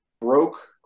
broke